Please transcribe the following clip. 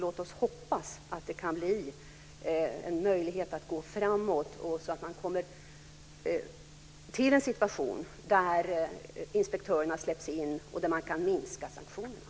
Låt oss hoppas att det kan bli en möjlighet att gå framåt så att man kommer till en situation där inspektörerna släpps in och man kan minska sanktionerna.